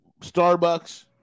Starbucks